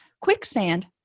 quicksand